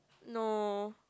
no